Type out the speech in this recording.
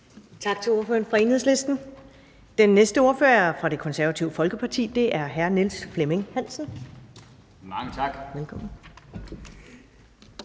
Tak til ordføreren fra Enhedslisten. Den næste ordfører er fra Det Konservative Folkeparti, og det er hr. Niels Flemming Hansen. Kl.